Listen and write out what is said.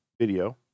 video